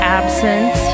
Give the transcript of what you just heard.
absence